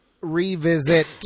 revisit